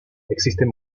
existen